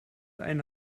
eine